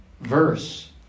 verse